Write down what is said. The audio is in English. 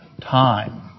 Time